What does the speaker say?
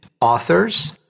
authors